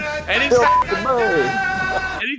Anytime